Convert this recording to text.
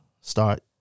start